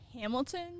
Hamilton